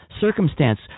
circumstance